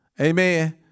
Amen